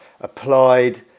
applied